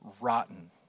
rotten